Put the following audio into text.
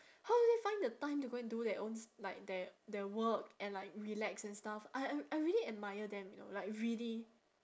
how do they find the time to go and do their s~ like their their work and like relax and stuff I I I really admire them you know like really